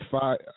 five